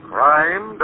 Crime